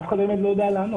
אף אחד באמת לא יודע לענות.